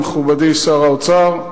מכובדי שר האוצר,